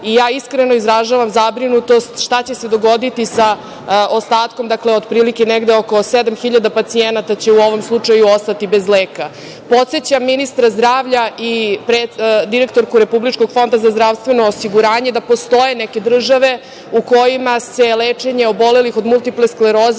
i ja iskreno izražavam zabrinutost, šta će se dogoditi sa ostatkom, dakle otprilike, negde oko sedam hiljada pacijenata će u ovom slučaju ostati bez leka. Podsećam ministra zdravlja, direktorku Republičkog fonda za zdravstveno osiguranje da postoje neke države u kojima se lečenje obolelih od multipleskleroze